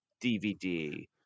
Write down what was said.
DVD